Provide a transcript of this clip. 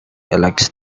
elects